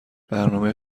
برنامه